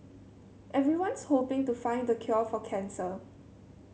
everyone's hoping to find the cure for cancer